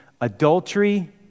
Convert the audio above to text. adultery